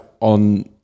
on –